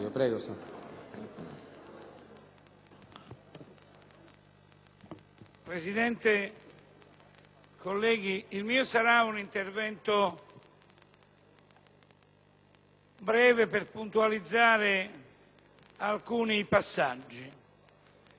Presidente, colleghi, intervengo brevemente per puntualizzare alcuni passaggi. L'Italia dei Valori ha dato